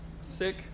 sick